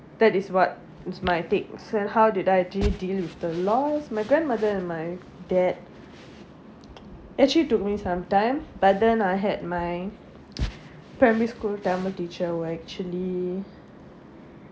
that is what is my take how did I do deal with the loss my grandmother and my dad actually took me sometimes but then I had my primary school tamil teacher who actually